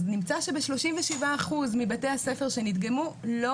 אז נמצא שב-37% מבתי הספר שנדגמו לא